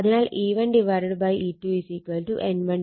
അതിനാൽ E1 E2 N1 N2